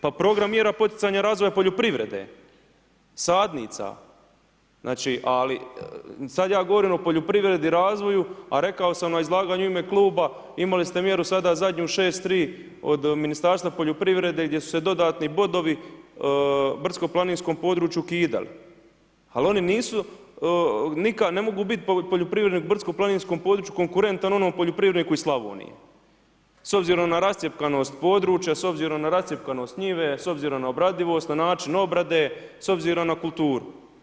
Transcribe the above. Pa program mjera poticanja razvoja poljoprivrede, sadnica, znači ali sad ja govorim o poljoprivredi i razvoju, a rekao sam na izlaganju u ime kluba, imali ste mjeru sada zadnju 6.3 od Ministarstva poljoprivrede gdje su se dodatni bodovi brdsko planinskom području ukidali, ali oni nisu nikad, ne mogu biti poljoprivrednik u brdsko planinskom području konkurentan onom poljoprivredniku iz Slavonije s obzirom na rascjepkanost područja, s obzirom na rascjepkanost njive, s obzirom na obradivost, na način obrade, s obzirom na kulturu.